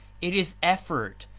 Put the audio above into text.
it is effort,